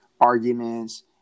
arguments